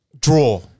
Draw